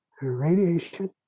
radiation